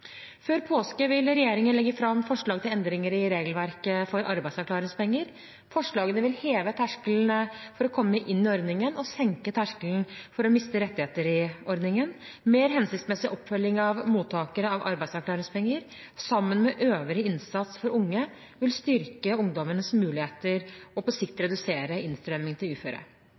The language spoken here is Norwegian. Før påske vil regjeringen legge fram forslag til endringer i regelverket for arbeidsavklaringspenger. Forslagene vil heve terskelen for å komme inn i ordningen og senke terskelen for å miste rettigheter i ordningen. Mer hensiktsmessig oppfølging av mottakere av arbeidsavklaringspenger sammen med øvrig innsats for unge vil styrke ungdommens muligheter og på sikt redusere innstrømming til uføre.